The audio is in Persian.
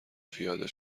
پیاده